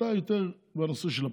יותר בנושאי הפנים.